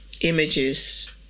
images